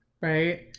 right